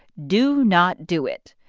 do not do it.